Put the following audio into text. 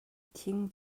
thing